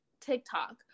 TikTok